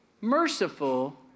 merciful